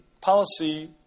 policy